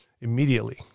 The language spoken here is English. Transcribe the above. immediately